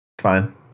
fine